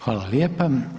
Hvala lijepa.